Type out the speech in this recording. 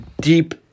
deep